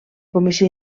comissió